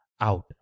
out